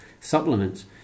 supplements